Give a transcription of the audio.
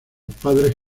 padres